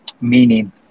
meaning